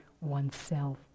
oneself